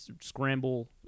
scramble